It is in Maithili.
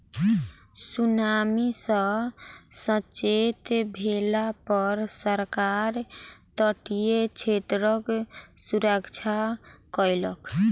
सुनामी सॅ सचेत भेला पर सरकार तटीय क्षेत्रक सुरक्षा कयलक